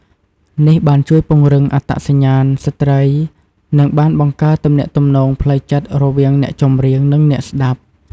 នេះបានជួយពង្រឹង អត្តសញ្ញាណស្ត្រី និងបានបង្កើតទំនាក់ទំនងផ្លូវចិត្តរវាងអ្នកចម្រៀង និងអ្នកស្តាប់។